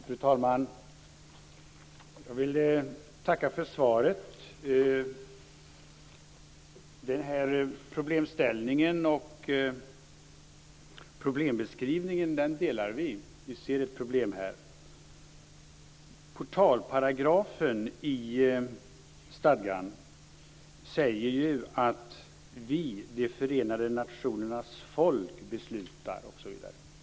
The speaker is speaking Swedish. Fru talman! Jag vill tacka för svaret. Vi delar den här synen på problemställningen och problembeskrivningen. Vi ser ett problem här. Portalparagrafen i stadgan säger ju: "Vi, de förenade nationernas folk" osv.